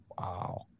wow